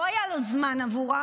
לא היה לו זמן עבורם,